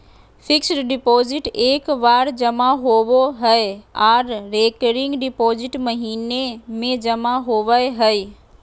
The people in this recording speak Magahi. फिक्स्ड डिपॉजिट एक बार जमा होबो हय आर रेकरिंग डिपॉजिट महीने में जमा होबय हय